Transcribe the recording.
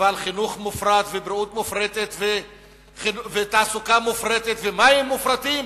אבל חינוך מופרט ובריאות מופרטת ותעסוקה מופרטת ומים מופרטים,